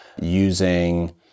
using